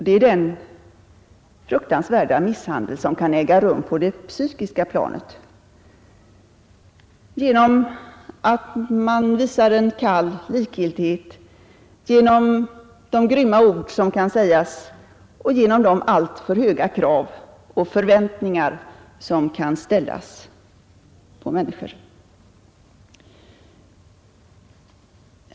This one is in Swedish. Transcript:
Det är den fruktansvärda misshandel som kan äga rum på det psykiska planet, genom att man visar en kall likgiltighet, genom de grymma ord som kan sägas och genom de alltför höga krav och förväntningar som kan ställas på människor.